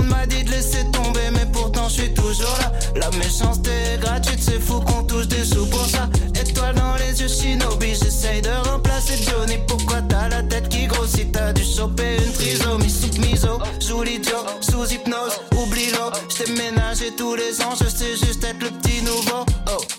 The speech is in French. m'a dit de laisser tomber, mais pourtant, j'suis toujours là. La méchanceté est gratuite, c'est fou qu'on touche des sous pour ça. Étoile dans les yeux, Shinobi, j'essaye de remplacer Johnny. Pourquoi t'as la tête qui grossit? T'as dû choper une trisomie. Sous-miso, sous l'idiot, sous hypnose, oublie-le. J't'ai ménagé tous les ans, je sais juste être le petit nouveau. Oh.